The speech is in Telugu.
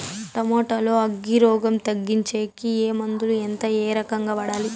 టమోటా లో అగ్గి రోగం తగ్గించేకి ఏ మందులు? ఎంత? ఏ రకంగా వాడాలి?